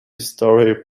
storey